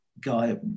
guy